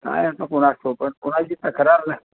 काय आता कोणास ठाऊक पण कुणाची तक्रार नाही